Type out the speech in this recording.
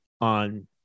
on